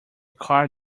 car